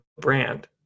brand